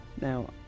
Now